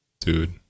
dude